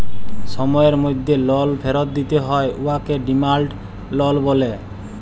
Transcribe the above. সময়ের মধ্যে লল ফিরত দিতে হ্যয় উয়াকে ডিমাল্ড লল ব্যলে